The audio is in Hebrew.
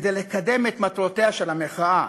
כדי לקדם את מטרותיה של המחאה: